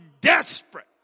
desperate